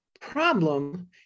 problem